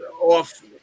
off